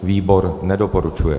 Výbor nedoporučuje.